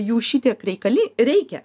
jų šitiek reikalin reikia